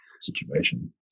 situation